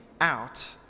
out